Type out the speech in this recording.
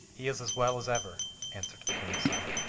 he is as well as ever answered the king's son.